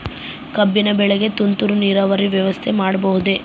ಕಬ್ಬಿನ ಬೆಳೆಗೆ ತುಂತುರು ನೇರಾವರಿ ವ್ಯವಸ್ಥೆ ಮಾಡಬಹುದೇ?